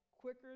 quicker